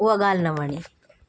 उहा ॻाल्हि न वणी